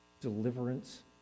deliverance